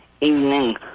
evening